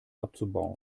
abzubauen